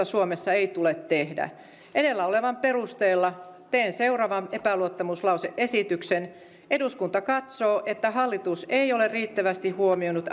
suomessa ei tule tehdä edellä olevan perusteella teen seuraavan epäluottamuslause esityksen eduskunta katsoo että hallitus ei ole riittävästi huomioinut